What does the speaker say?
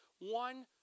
one